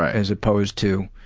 as opposed to